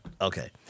Okay